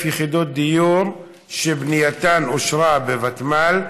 יחידות דיור שבנייתן אושרה בוותמ"ל,